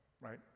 right